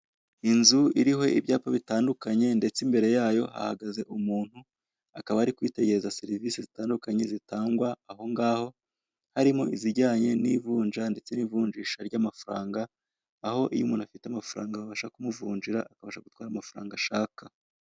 Inzu iriho ibyapa bitandukanye ndetse imbere yayo hahagaze umuntu akaba ari keitegereza serivisi zitandukanye zitangwa aho ngaho, harimo izijyanye n'ivunja ndetse n'ivunjisha ry'amafaranga, aho iyo umuntu afite amafaranga babasha kumuvunjira akabasha agatwara amafaranga ashaka.